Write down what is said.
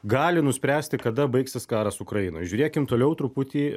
gali nuspręsti kada baigsis karas ukrainoj žiūrėkim toliau truputį